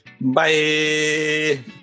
Bye